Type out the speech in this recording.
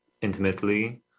intimately